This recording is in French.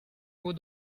mots